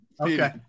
Okay